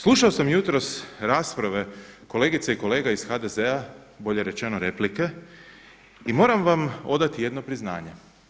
Slušao sam jutros rasprave kolegica i kolega iz HDZ-a, bolje rečeno replike i moram vam odati jedno priznanje.